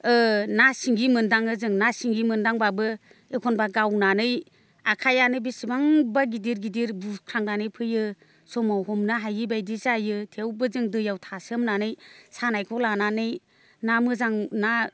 ओ ना सिंगि मोनदाङो जों ना सिंगि मोनदांब्लाबो एखनब्ला गावनानै आखाइयानो बेसेबांबा गिदिर गिदिर बुख्रांनानै फैयो समाव हमनो हायै बायदि जायो थेवबो जों दैयाव थासोमनानै सानायखौ लानानै ना मोजां ना